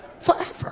forever